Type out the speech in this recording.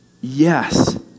yes